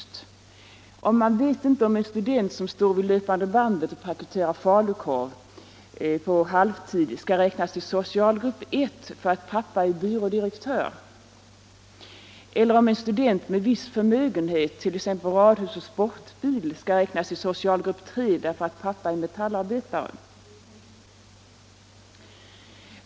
Hur kan man då veta om en student som står vid löpande bandet och paketerar falukorv på halvtid skall räknas till socialgrupp 1 därför att pappan är byrådirektör eller om en student med viss förmögenhet, t.ex. radhus och sportbil, skall räknas till socialgrupp 3 därför att pappan är metallarbetare?